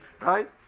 right